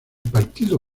partido